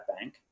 bank